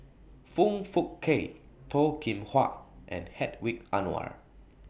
Foong Fook Kay Toh Kim Hwa and Hedwig Anuar